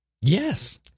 Yes